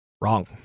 Wrong